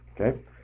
Okay